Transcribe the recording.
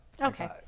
okay